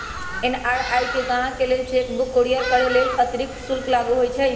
NRI गाहकके लेल cheque book courier करय लेल अतिरिक्त शुल्क लागू होइ छइ